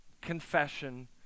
confession